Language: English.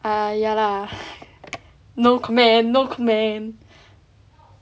err ya lah no comment no comment